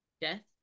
death